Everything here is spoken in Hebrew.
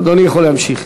אדוני יכול להמשיך.